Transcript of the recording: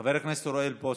חבר הכנסת אוריאל בוסו,